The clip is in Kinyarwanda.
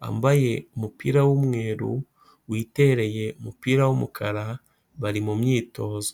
wambaye umupira w'umweru witereye umupira w'umukara bari mumyitozo.